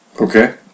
Okay